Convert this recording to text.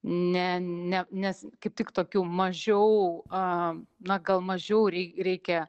ne ne nes kaip tik tokių mažiau a na gal mažiau reikia